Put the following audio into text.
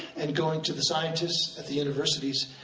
and going to the scientists at the universities.